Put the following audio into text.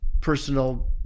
personal